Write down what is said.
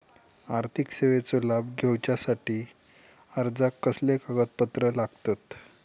आर्थिक सेवेचो लाभ घेवच्यासाठी अर्जाक कसले कागदपत्र लागतत?